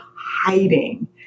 hiding